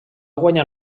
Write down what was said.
guanyat